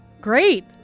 Great